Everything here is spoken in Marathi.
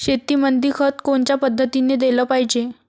शेतीमंदी खत कोनच्या पद्धतीने देलं पाहिजे?